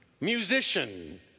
musician